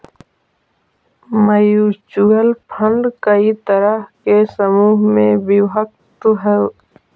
mutual fund कई तरह के समूह में विभक्त हई